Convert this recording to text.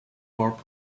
corp